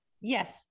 Yes